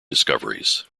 discoveries